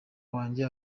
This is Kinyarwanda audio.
wanjye